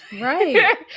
right